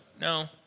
no